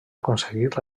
aconseguir